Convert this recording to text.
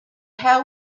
how